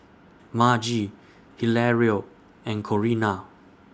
Margie Hilario and Corinna